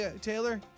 Taylor